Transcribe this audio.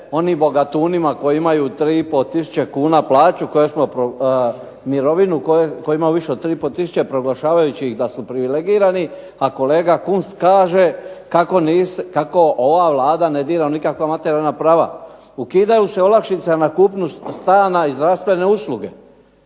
onim bogatunima koji imaju 3,5 tisuća kuna mirovinu, koji imaju više od 3,5 tisuće proglašavajući ih da su privilegirani, a kolega Kunst kaže kako ova Vlada ne dira u nikakva materijalna prava. Ukidaju se olakšice na kupnju stana i zdravstvene usluge.